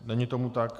Není tomu tak.